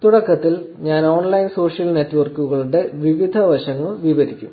തുടക്കത്തിൽ ഞാൻ online social നെറ്റ്വർക്കുകളുടെ വിവിധ വശങ്ങൾ വിവരിക്കും